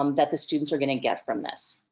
um that the students are gonna get from this?